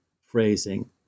phrasing